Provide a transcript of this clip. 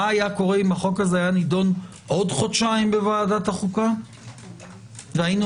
מה היה קורה אם החוק הזה היה נידון עוד חודשיים בוועדת החוקה והיינו